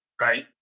right